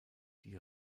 die